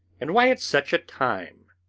and why at such a time.